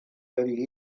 very